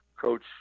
Coach